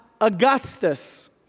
Augustus